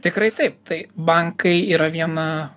tikrai taip tai bankai yra viena